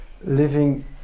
living